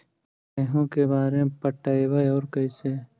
गेहूं के बार पटैबए और कैसे?